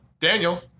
Daniel